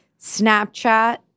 Snapchat